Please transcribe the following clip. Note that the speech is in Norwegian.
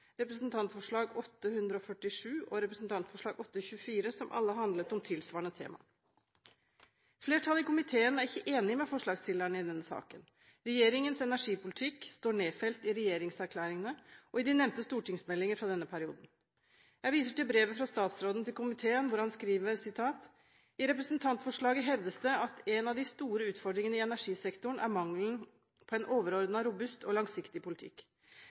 Representantforslag 112 S for 2011–2012, Dokument 8:147 S for 2009–2010 og Dokument 8:24 for 2008–2009, som alle handlet om tilsvarende tema. Flertallet i komiteen er ikke enig med forslagsstillerne i denne saken. Regjeringens energipolitikk står nedfelt i regjeringserklæringene og i de nevnte stortingsmeldinger fra denne perioden. Jeg viser til brevet fra statsråden til komiteen, hvor han skriver: «I representantforslaget hevdes det at en av de store utfordringene i energisektoren er mangelen på en overordnet, robust og langsiktig politikk.